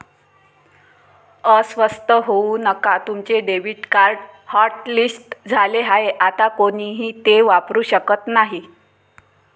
अस्वस्थ होऊ नका तुमचे डेबिट कार्ड हॉटलिस्ट झाले आहे आता कोणीही ते वापरू शकत नाही